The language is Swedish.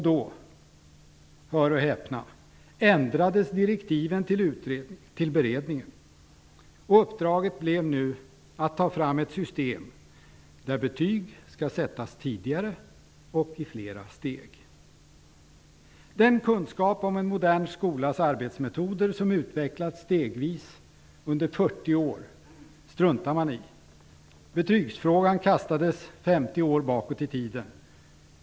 Då, hör och häpna, ändrades direktiven till beredningen. Uppdraget blev nu att beredningen skulle ta fram ett system där betyg skulle sättas tidigare och i flera steg. Den kunskap om en modern skolas arbetsmetoder som hade utvecklats stegvis under 40 år struntade man i. Betygsfrågan kastades 50 år bakåt i tiden.